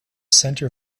center